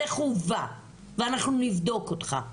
זה חובה ואנחנו נבדוק אותך.